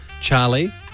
Charlie